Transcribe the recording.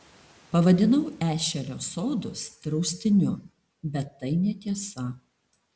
pavadinau ešerio sodus draustiniu bet tai netiesa